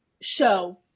show